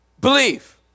Believe